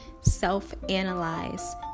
self-analyze